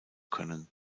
können